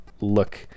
look